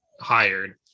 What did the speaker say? hired